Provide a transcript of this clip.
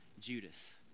Judas